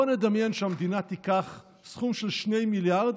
בוא נדמיין שהמדינה תיקח סכום של 2 מיליארד